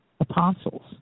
apostles